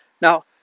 Now